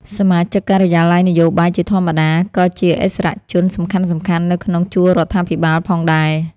សមាជិកការិយាល័យនយោបាយជាធម្មតា ក៏ជាឥស្សរជនសំខាន់ៗនៅក្នុងជួររដ្ឋាភិបាលផងដែរ ។